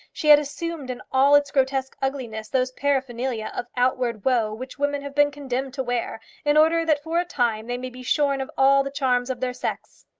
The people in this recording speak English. she had assumed in all its grotesque ugliness those paraphernalia of outward woe which women have been condemned to wear, in order that for a time they may be shorn of all the charms of their sex.